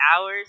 hours